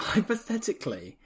Hypothetically